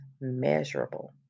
measurable